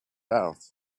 out